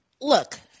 look